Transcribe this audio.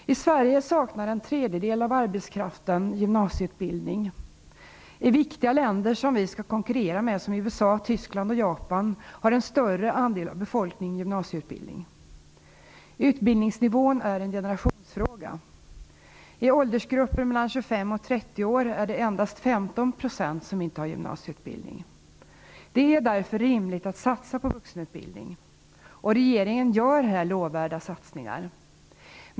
I Sverige saknar 1/3 av arbetskraften gymnasieutbildning. I viktiga länder som vi skall konkurrera med - t.ex. USA, Tyskland och Japan - har en större andel av befolkningen gymnasieutbildning. Utbildningsnivån är en generationsfråga. I åldersgruppen 25-30 år är det endast 15 % som inte har gymnasieutbildning. Det är därför rimligt att satsa på vuxenutbildning. Regeringen gör här lovvärda satsningar.